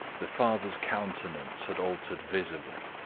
the father's countenance had altered visibly.